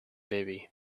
baby